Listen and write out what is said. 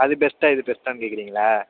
அது பெஸ்ட்டா இது பெஸ்ட்டான்னு கேக்கிறிங்களா